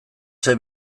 zer